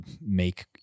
make